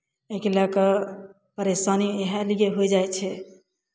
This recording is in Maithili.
एहिकेँ लऽ कऽ परेशानी इएह लिए होय जाइ छै